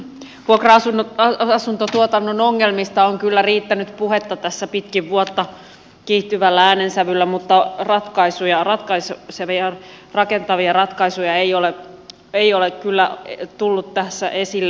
vuokra asuntotuotannon ongelmista on kyllä riittänyt puhetta tässä pitkin vuotta kiihtyvällä äänensävyllä mutta rakentavia ratkaisuja ei ole kyllä tullut tässä esille